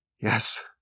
yes